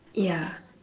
yeah